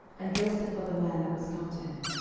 and dressed it for the man that was come to him.